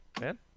man